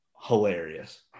hilarious